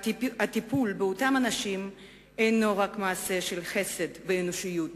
הטיפול באותם אנשים אינו רק מעשה של חסד ואנושיות